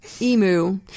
Emu